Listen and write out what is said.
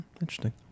Interesting